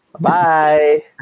Bye